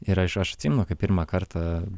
ir aš aš atsimenu kai pirmą kartą